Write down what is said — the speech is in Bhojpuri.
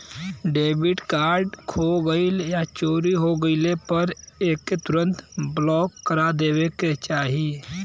डेबिट कार्ड खो गइल या चोरी हो गइले पर एके तुरंत ब्लॉक करा देवे के चाही